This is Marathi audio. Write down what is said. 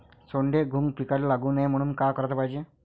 सोंडे, घुंग पिकाले लागू नये म्हनून का कराच पायजे?